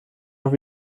auch